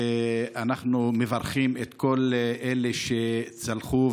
ואנחנו מברכים את כל אלה שצלחו,